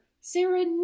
Sarah